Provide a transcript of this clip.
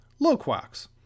Loquax